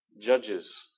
judges